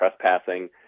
trespassing